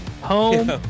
home